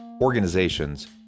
organizations